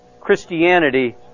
Christianity